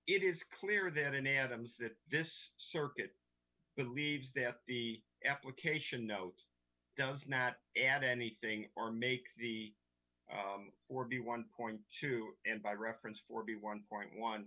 it is clear that in adams that this circuit believes that the application notes does not add anything or makes the forty one point two and by reference forty one point one